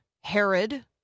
Herod